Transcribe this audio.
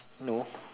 no